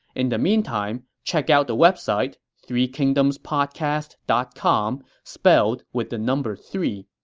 in the meantime, check out the website, three kingdomspodcast dot com, spelled with the number three.